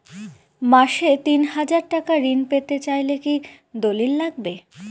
মাসে তিন হাজার টাকা ঋণ পেতে চাইলে কি দলিল লাগবে?